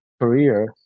career